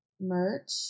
Merch